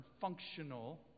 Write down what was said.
functional